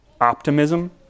optimism